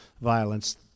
violence